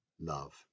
love